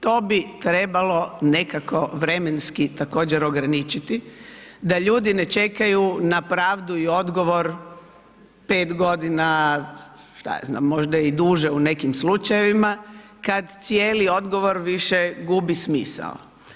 To bi trebalo nekako vremenski također ograničiti da ljudi ne čekaju na pravdu i odgovor 5 g., šta ja znam, možda i duže u nekim slučajevima kad cijeli odgovor više gubi smisao.